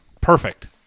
Perfect